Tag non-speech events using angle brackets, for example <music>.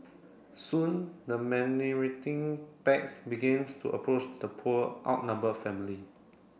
soon the <unintelligible> packs begins to approach the poor outnumber family